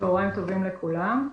צוהריים טובים לכולם,